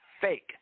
fake